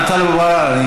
אה, גם טלב אבו עראר.